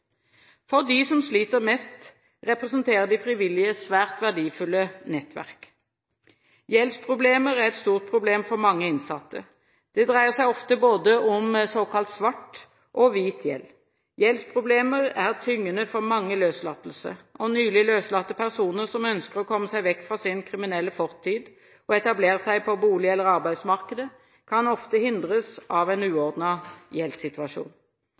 For de som sliter mest, representerer de frivillige svært verdifulle nettverk. Gjeldsproblemer er et stort problem for mange innsatte. Det dreier seg ofte om både såkalt svart og hvit gjeld. Gjeldsproblemer er tyngende for mange løslatte. Nylig løslatte personer som ønsker å komme seg vekk fra sin kriminelle fortid og etablere seg på bolig- eller arbeidsmarkedet, kan ofte hindres av en uordnet gjeldssituasjon.